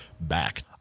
back